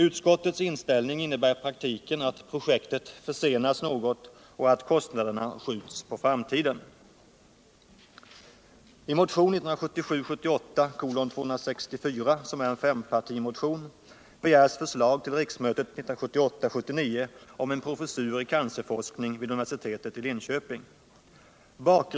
Utskottets inställning innebär i praktiken att projektet försenas något och att kostnaderna skjuts på framtiden.